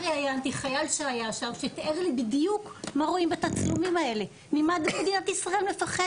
מאז 2018 ארכיון המדינה העביר